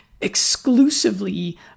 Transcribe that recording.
exclusively